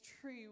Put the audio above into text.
true